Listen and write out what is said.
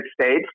States